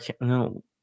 No